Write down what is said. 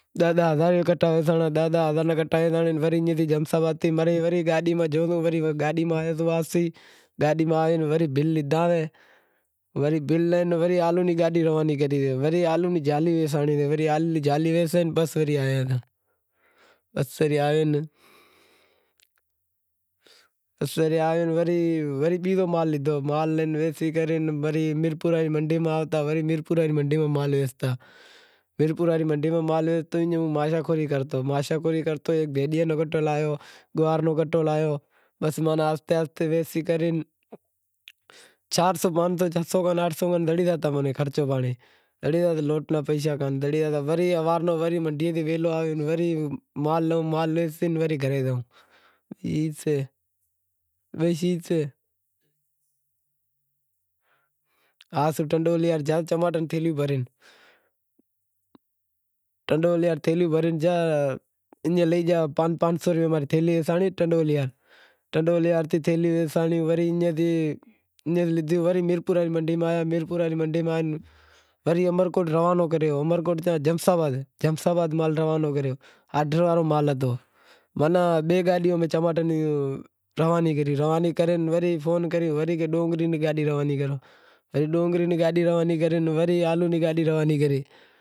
دہ دہ ہزا را ناں کٹا ویسانڑے وری ایم تھی جیمس آباد میںتھی ورے گاڈی ماہ زویو وری گاڈی ماہ آیو واپسی وری بل لیدہا آوے، بل لے وری آلو ری گاڈی روانی کری سے وری آلو ری جالی ویسانڑی آلو ری جالی ویسے پسے وری آیا سیں، پسے وری آوے وری بیزو مال لیدہو، مال لے ویسے کرے وری میرپور واری منڈی میں آوتا، وری میرپور واری منڈی میں مال لے ویستا، میرپور ری منڈی میں مال ایم ماشاخوری کرتو، ماشاخوری کرتو ایک بھینڈیاں رو کٹو لایو، گوار رو کٹو لایو پسے ماناں آہستے آہستے ویسی کرے چار سو آٹھ سو کھن زڑی زاتا خرچو پانڑی، وری منڈیاں تے ویہلو آوے مال لیوں مال لے وڑی گھرے زائوں، ای سے۔ ہوے آز ٹنڈو الہیار زائے چماٹاں روں تھیلیوں بھرے، ٹنڈوالہیار چماٹاں روں تھیلوں بھرے ایم لئی گیا پانس پانس رو روپیاں میں اماری تھیلی ویسانڑی، ایم تھی تھیلی ویسانڑی، ایم تھی وری میرپور واری منڈی میں آیا میرپور واری منڈی میں تھی وری امرکوٹ روانو کریو، امرکوٹ آن جیمس آباد مال روانو کریو، آرڈر واڑو مال ہتو، ماناں بئے گاڈیوں چماٹاں روں روانی کری وڑے فون کریو کہ وڑے ڈونگری ری گاڈی روانی کرو۔ وڑی ڈونگری ری گاڈی روانی کرے وڑی آلو ری گاڈی روانی کری